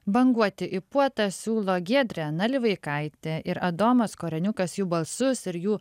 banguoti į puotą siūlo giedrė nalivaikaitė ir adomas koreniukas jų balsus ir jų